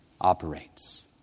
operates